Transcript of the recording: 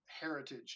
heritage